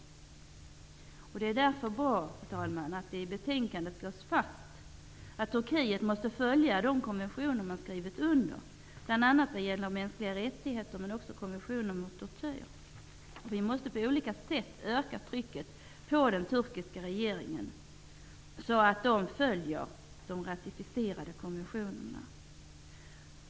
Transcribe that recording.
Herr talman! Det är därför bra att det i betänkandet slås fast att Turkiet måste följa de konventioner landet har skrivit under, bl.a. när det gäller mänskliga rättigheter men också konventioner mot tortyr. Vi måste på olika sätt öka trycket på den turkiska regeringen så att de följer de ratificerade konventionerna.